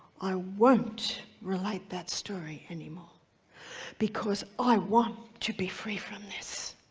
i won't relate that story anymore because i want to be free from this.